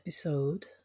Episode